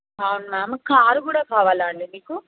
అవును ma'am car కూడా కావాలా అండి మీకు